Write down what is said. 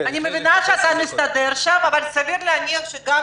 אני מבינה שאתה מסתדר שם אבל סביר להניח שיש